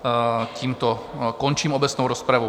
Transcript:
A tímto končím obecnou rozpravu.